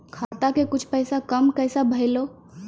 खाता के कुछ पैसा काम कैसा भेलौ?